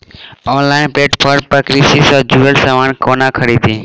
Online platform पर कृषि सँ जुड़ल समान कोना खरीदी?